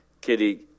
Kitty